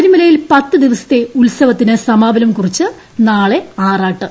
ശബരിമലയിൽ പത്ത് ദിവസത്തെ ഉത്സവത്തിന് സമാപനം കുറിച്ച് നാളെ ആറാട്ട്